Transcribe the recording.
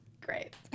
Great